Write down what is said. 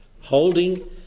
holding